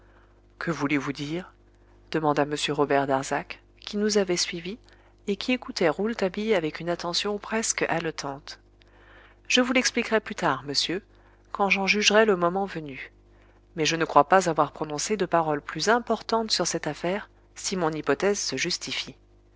que voulez-vous dire demanda m robert darzac qui nous avait suivis et qui écoutait rouletabille avec une attention presque haletante je vous l'expliquerai monsieur quand j'en jugerai le moment venu mais je ne crois point avoir prononcé de paroles plus importantes sur cette affaire si mon hypothèse se justifie